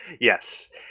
Yes